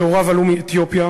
שהוריו עלו מאתיופיה.